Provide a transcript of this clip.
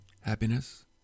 happiness